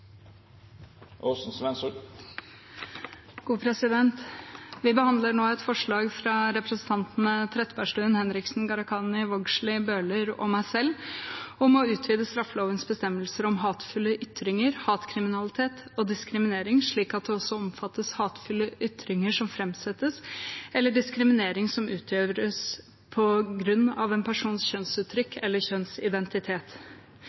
lovverket vårt. Vi behandler nå et forslag fra representantene Anette Trettebergstuen, Kari Henriksen, Masud Gharahkhani, Lene Vågslid, Jan Bøhler og meg selv om å utvide straffelovens bestemmelser om hatefulle ytringer, hatkriminalitet og diskriminering slik at det også omfatter hatefulle ytringer som framsettes, eller diskriminering som utføres på grunn av en persons